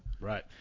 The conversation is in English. Right